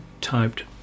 typed